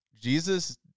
Jesus